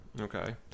Okay